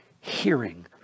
hearing